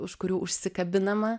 už kurių užsikabinama